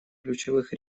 ключевых